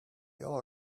all